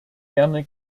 gerne